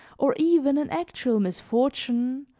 or even an actual misfortune,